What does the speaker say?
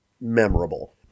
memorable